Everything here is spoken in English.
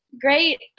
Great